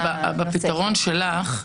בפתרון שלך,